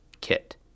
kit